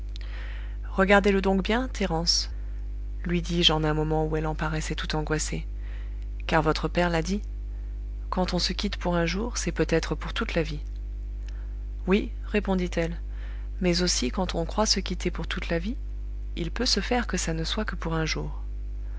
regardez-le donc bien thérence lui dis-je en un moment où elle en paraissait toute angoissée car votre père l'a dit quand on se quitte pour un jour c'est peut-être pour toute la vie oui répondit-elle mais aussi quand on croit se quitter pour toute la vie il peut se faire que ça ne soit que pour un jour